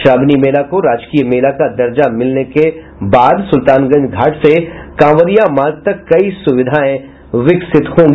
श्रावणी मेला को राजकीय मेला का दर्ज मिलने पर सुल्तानगंज घाट से कांवरियां मार्ग तक कई सुविधाएं विकसित होंगी